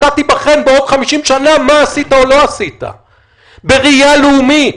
אתה תיבחן בעוד 50 שנה מה עשית או לא עשית בראייה לאומית.